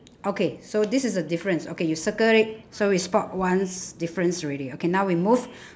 okay so this is a difference okay you circle it so we spot one difference already okay now we move